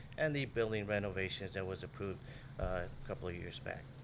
and the building renovations that was approved a couple of years back.